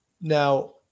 Now